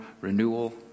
renewal